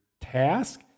task